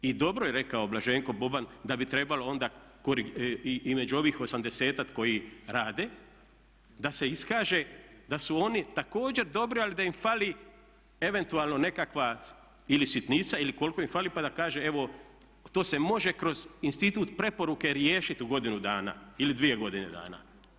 I dobro je rekao Blaženko Boban da bi trebalo onda i među ovih 80-ak koji rade da se iskaže da su oni također dobri ali da im fali eventualno nekakva ili sitnica ili koliko im fali pa da kaže evo to se može kroz institut preporuke riješiti u godinu dana ili dvije godine dana.